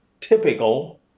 typical